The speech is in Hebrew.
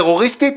טרוריסטית,